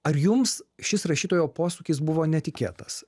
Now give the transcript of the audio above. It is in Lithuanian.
ar jums šis rašytojo posūkis buvo netikėtas